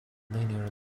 liner